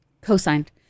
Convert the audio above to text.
Co-signed